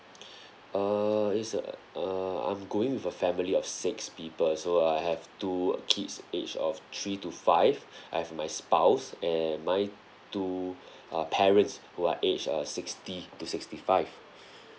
err is a err I'm going with a family of six people so I have two kids age of three to five I have my spouse and my two uh parents who are age uh sixty to sixty five